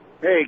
Hey